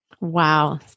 Wow